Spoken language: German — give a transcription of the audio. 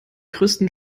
größten